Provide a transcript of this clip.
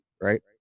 right